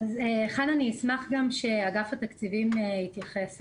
אני אשמח גם שאגף תקציבים יתייחס.